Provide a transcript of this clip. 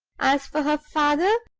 as for her father,